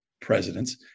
presidents